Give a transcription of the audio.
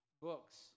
books